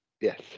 yes